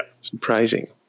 Surprising